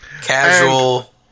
Casual